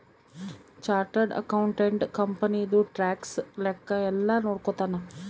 chartered accountant ಕಂಪನಿದು tax ಲೆಕ್ಕ ಯೆಲ್ಲ ನೋಡ್ಕೊತಾನ